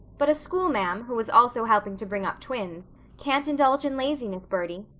but a schoolma'am, who is also helping to bring up twins, can't indulge in laziness, birdie.